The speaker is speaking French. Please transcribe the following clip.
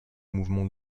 mouvement